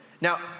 Now